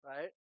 Right